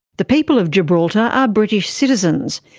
the people of gibraltar are british citizens.